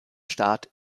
staat